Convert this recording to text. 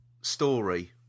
story